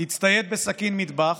הצטייד בסכין מטבח,